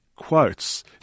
quotes